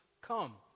come